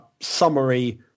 summary